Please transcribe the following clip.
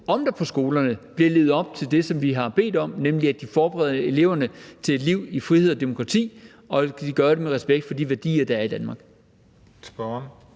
om der på skolerne bliver levet op til det, som vi har bedt om, nemlig at de forbereder eleverne til et liv i frihed og demokrati, og at de gør det med respekt for de værdier, der er i Danmark. Kl.